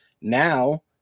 Now